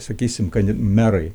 sakysime kad merai